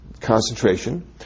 concentration